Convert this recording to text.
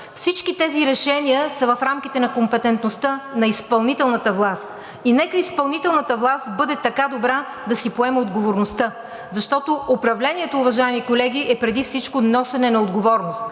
Всички тези решения са в рамките на компетентността на изпълнителната власт и нека изпълнителната власт бъде така добра да си поеме отговорността, защото управлението, уважаеми колеги, е преди всичко носене на отговорност.